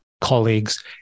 colleagues